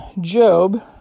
Job